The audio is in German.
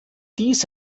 dies